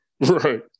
Right